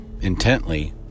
intently